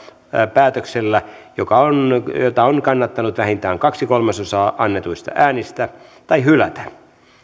päätöksellä jota on kannattanut vähintään kaksi kolmasosaa annetuista äänistä tai hylätä